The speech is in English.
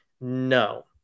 No